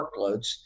workloads